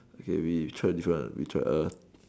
okay we try different one we try err